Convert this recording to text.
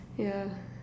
yeah